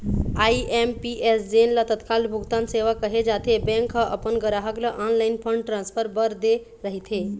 IMPS जेन ल तत्काल भुगतान सेवा कहे जाथे, बैंक ह अपन गराहक ल ऑनलाईन फंड ट्रांसफर बर दे रहिथे